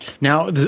Now